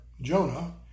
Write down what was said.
Jonah